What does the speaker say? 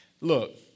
Look